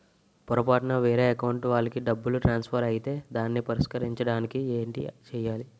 పొరపాటున వేరే అకౌంట్ వాలికి డబ్బు ట్రాన్సఫర్ ఐతే దానిని పరిష్కరించడానికి ఏంటి చేయాలి?